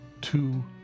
two